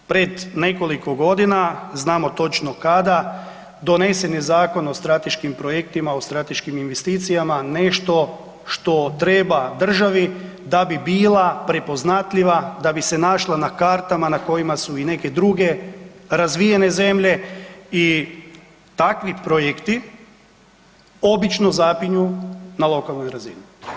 Pred nekoliko godina znamo točno kada donesen je Zakon o strateškim projektima, o strateškim investicijama, nešto što treba državi da bi bila prepoznatljiva, da bi se našla na kartama na kojima su i neke druge razvijene zemlje i takvi projekti obično zapinju na lokalnoj razini.